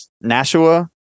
Nashua